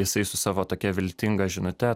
jisai su savo tokia viltinga žinute